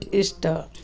ಇಷ್ಟ